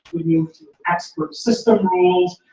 we used expert system rules,